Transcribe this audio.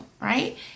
right